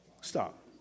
Stop